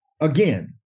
Again